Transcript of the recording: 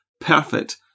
perfect